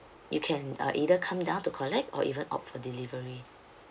you can uh either come down to collect or even opt for delivery